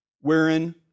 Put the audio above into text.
wherein